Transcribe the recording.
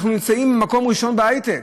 אנחנו נמצאים מקום ראשון בהיי-טק,